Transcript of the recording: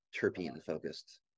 terpene-focused